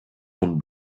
von